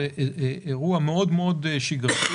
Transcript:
זה אירוע מאוד מאוד שגרתי.